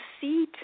seat